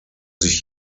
sich